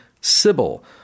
*Sybil*